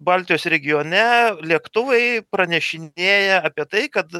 baltijos regione lėktuvai pranešinėja apie tai kad